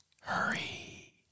Hurry